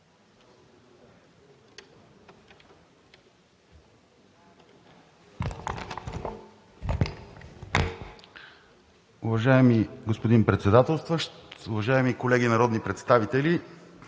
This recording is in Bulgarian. Уважаеми господин Председателстващ, уважаеми колеги народни представители!